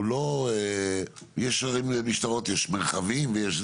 הרי למשטרות יש מרחבים.